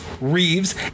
reeves